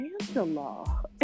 Angela